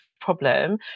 problem